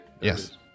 Yes